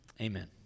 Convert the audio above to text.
amen